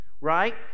right